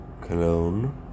cologne